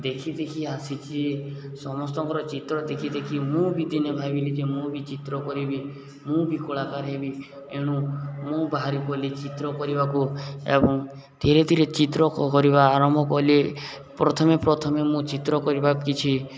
ଦେଖି ଦେଖି ଆସିଛି ସମସ୍ତଙ୍କର ଚିତ୍ର ଦେଖି ଦେଖି ମୁଁ ବି ଦିନେ ଭାବିଲି ଯେ ମୁଁ ବି ଚିତ୍ର କରିବି ମୁଁ ବି କଳାକାର ହେବି ଏଣୁ ମୁଁ ବାହାରି ପଡ଼ିଲି ଚିତ୍ର କରିବାକୁ ଏବଂ ଧୀରେ ଧୀରେ ଚିତ୍ର କରିବା ଆରମ୍ଭ କଲେ ପ୍ରଥମେ ପ୍ରଥମେ ମୁଁ ଚିତ୍ର କରିବା କିଛି